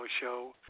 show